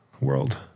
world